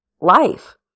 life